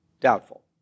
Doubtful